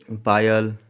पायल